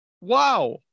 wow